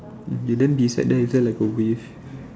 then beside there is there like a wave